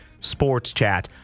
SportsChat